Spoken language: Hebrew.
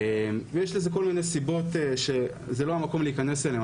יש לזה כל מיני סיבות שזה לא המקום להיכנס אליהן,